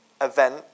event